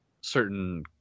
certain